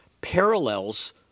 parallels